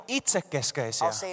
itsekeskeisiä